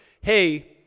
Hey